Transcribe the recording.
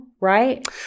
Right